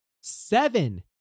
seven